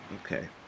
Okay